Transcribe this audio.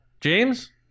james